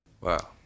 Wow